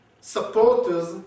supporters